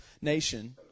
nation